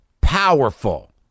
powerful